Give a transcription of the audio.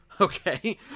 Okay